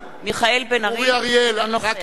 אינו נוכח